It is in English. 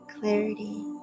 clarity